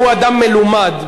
שהוא אדם מלומד,